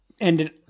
ended